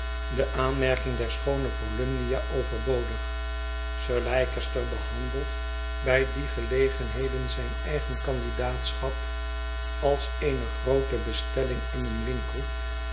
de aanmerking der schoone volumnia overbodig sir leicester behandelt bij die gelegenheden zijn eigen candidaatschap als eene groote bestelling in een winkel